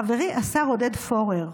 חברי השר עודד פורר,